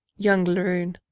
young laroon,